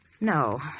No